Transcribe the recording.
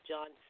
John